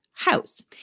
house